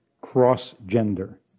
cross-gender